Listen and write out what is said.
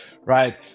right